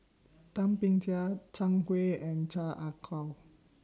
Thum Ping Tjin Zhang Hui and Chan Ah Kow